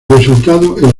resultado